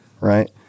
right